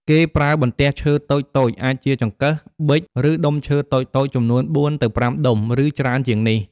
គេប្រើបន្ទះឈើតូចៗ អាចជាចង្កឹះ ប៊ិច ឬដុំឈើតូចៗ ចំនួន ៤ ទៅ ៥ ដុំ ឬច្រើនជាងនេះ។